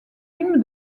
film